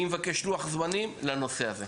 אני מבקש לוח זמנים לנושא הזה.